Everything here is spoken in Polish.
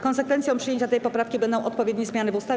Konsekwencją przyjęcia tej poprawki będą odpowiednie zmiany w ustawie.